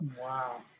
wow